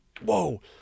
whoa